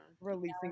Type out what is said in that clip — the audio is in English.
releasing